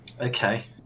Okay